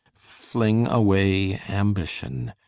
fling away ambition,